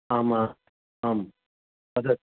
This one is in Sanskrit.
आम् आम् तद्